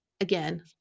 again